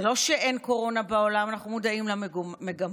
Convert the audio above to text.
זה לא שאין קורונה בעולם, אנחנו מודעים למגמות,